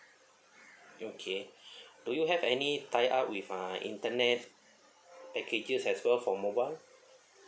okay do you have any tie up with uh internet packages as well for mobile